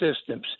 systems